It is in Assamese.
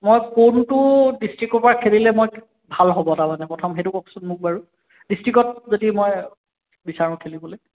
মই কোনটো ডিষ্ট্ৰিকৰপৰা খেলিলে মই ভাল হ'ব তাৰমানে প্ৰথম সেইটো কওকচোন মোক বাৰু ডিষ্ট্ৰিকত যদি মই বিচাৰোঁ খেলিবলৈ